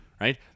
Right